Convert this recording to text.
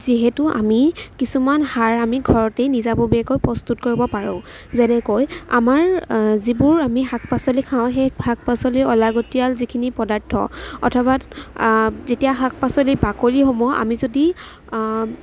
যিহেতু আমি কিছুমান সাৰ আমি ঘৰতেই নিজাববীয়াকৈ প্ৰস্তুত কৰিব পাৰোঁ যেনেকৈ আমাৰ যিবোৰ আমি শাক পাচলি খাওঁ সেই শাক পাচলিৰ অলাগতিয়াল যিখিনি পদাৰ্থ অথবা যেতিয়া শাক পাচলিৰ বাকলিসমূহ আমি যদি